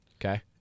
Okay